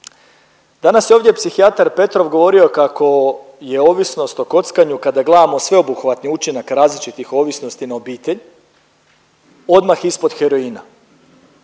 Danas je ovdje psihijatar Petrov govorio kako je ovisnost o kockanju kada gledamo sveobuhvatni učinak različitih ovisnosti na obitelj odmah ispod heroina,